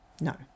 No